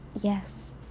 yes